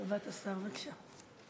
תשובת השר, בבקשה.